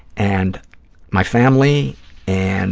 and my family and